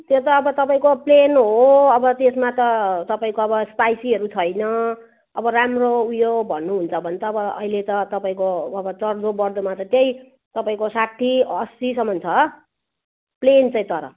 त्यो त अब तपाईँको प्लेन हो अब त्यसमा त तपाईँको अब स्पाइसिहरू छैन अब राम्रो उयो भन्नु हुन्छ भने त अब अहिले त तपाईँको अब चढ्दो बढ्दोमा त त्यहीँ तपाईँको साठी असीसम्म छ प्लेन चाहिँ तर